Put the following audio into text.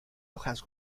hojas